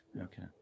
Okay